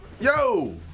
Yo